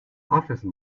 office